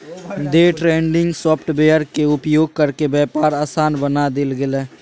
day trading software के उपयोग करके व्यापार आसान बना देल गेलय